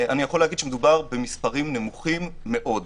מדובר במספרים נמוכים מאוד,